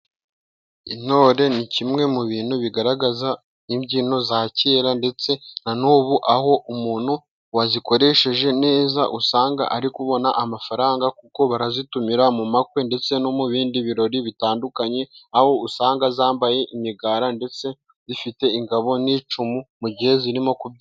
Intore ni kimwe mu bintu bigaragaza imbyino za kera, ndetse na n'ubu aho umuntu wazikoresheje neza usanga ari kubona amafaranga, kuko barazitumira mu bukwe ndetse no mu bindi birori bitandukanye, aho usanga zambaye imigara ndetse zifite ingabo n'icumu mu gihe zirimo kubyina.